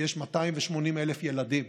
יש 280,000 ילדים,